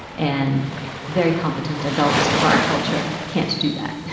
and very competent adults of our culture can't do that,